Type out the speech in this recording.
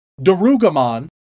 Darugamon